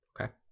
Okay